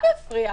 אני גם אפריע.